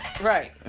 Right